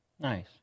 Nice